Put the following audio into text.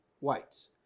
whites